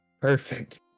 Perfect